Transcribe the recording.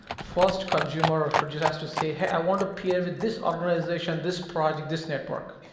first, consumer or producer has to say, hey, i want to peer with this organization, this project, this network,